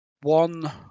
One